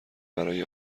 برای